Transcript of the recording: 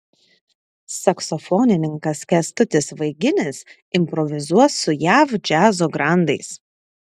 saksofonininkas kęstutis vaiginis improvizuos su jav džiazo grandais